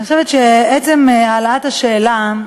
אני חושבת שעצם העלאת השאלה,